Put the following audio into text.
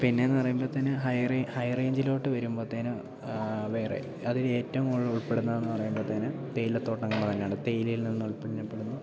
പിന്നെയെന്ന് പറയുമ്പോഴത്തേന് ഹൈ റേ ഹൈ റേഞ്ചിലോട്ട് വരുമ്പോഴത്തേന് വേറെ അതിൽ ഏറ്റവും കൂടുതൽ ഉൾപ്പെടുന്നതെന്ന് പറയുമ്പോഴത്തേന് തേയില തോട്ടങ്ങൾ തന്നെയാണ് തേയിലയിൽ നിന്ന് ഉൽപ്പന്നപ്പെടുന്നു